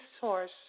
source